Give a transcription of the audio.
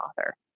author